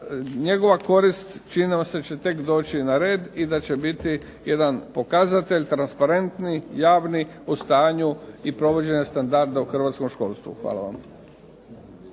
njegova korist …/Ne razumije se./… će tek doći na red i da će biti jedan pokazatelj, transparentni, javni u stanju i provođenja standarda u hrvatskom školstvu. Hvala vam.